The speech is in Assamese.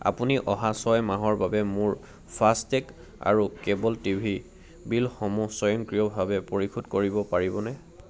আপুনি অহা ছয় মাহৰ বাবে মোৰ ফাষ্টেগ আৰু কেব'ল টিভিৰ বিলসমূহ স্বয়ংক্ৰিয়ভাৱে পৰিশোধ কৰিব পাৰিবনে